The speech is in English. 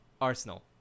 Arsenal